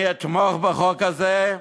אני אתמוך בחוק הזה,